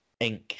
inc